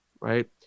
right